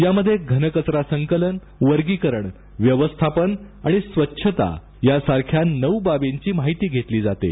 यामध्ये घनकचरा संकलन वर्गीकरण व्यवस्थापन आणि स्वच्छता यासारख्या नऊ बाबींची माहिती घेतली जाते